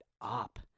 up